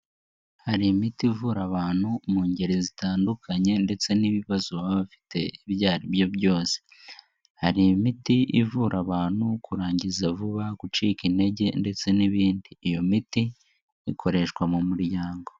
Hari imiti ivura abantu mu ngeri zitandukanye ndetse n'ibibazo baba bafite ibyo aribyo byose, hari imiti ivura abantu kurangiza vuba, gucika intege ndetse n'ibindi, iyo miti ikoreshwa mu muryango.